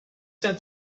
sent